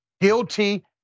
guilty